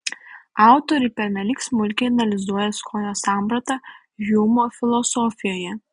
autoriai pernelyg smulkiai analizuoja skonio sampratą hjumo filosofijoje